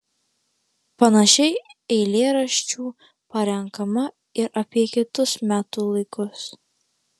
panašiai eilėraščių parenkama ir apie kitus metų laikus